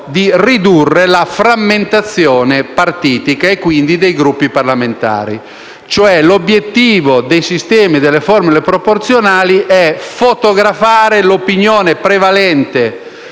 di ridurre la frammentazione partitica e, quindi, dei Gruppi parlamentari. L'obiettivo dei sistemi proporzionali è fotografare l'opinione prevalente